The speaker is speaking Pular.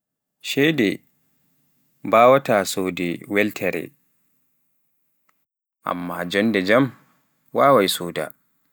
ceedee waawaa soodde weltaare, amma joonde jaam, waawaai.